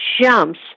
jumps